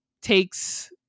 takes